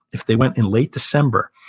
if they went in late december,